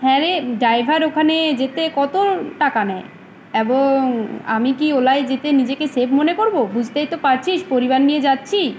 হ্যাঁ রে ড্রাইভার ওখানে যেতে কত টাকা নেয় এবং আমি কি ওলায় যেতে নিজেকে সেফ মনে করবো বুঝতেই তো পারছিস পরিবার নিয়ে যাচ্ছি